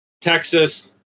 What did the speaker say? Texas